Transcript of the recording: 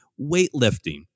weightlifting